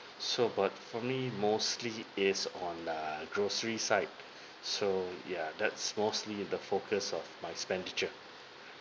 so but for me mostly is on err grocery side so yeah that's mostly the focus of my expenditure